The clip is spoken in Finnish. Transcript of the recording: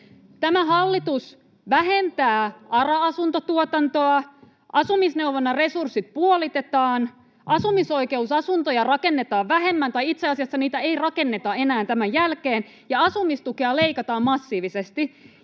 Tämä hallitus vähentää ARA-asuntotuotantoa, asumisneuvonnan resurssit puolitetaan, asumisoikeusasuntoja rakennetaan vähemmän, tai itse asiassa niitä ei rakenneta enää tämän jälkeen, ja asumistukea leikataan massiivisesti.